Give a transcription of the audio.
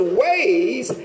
ways